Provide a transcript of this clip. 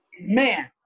man